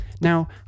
Now